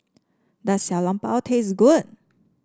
does Xiao Long Bao taste good